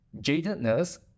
jadedness